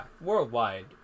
worldwide